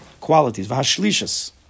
qualities